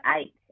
eight